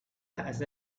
has